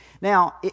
Now